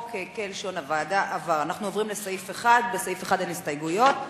כלשון הוועדה: בעד 43. אנחנו עוברים לסעיף 1. אין בו הסתייגויות.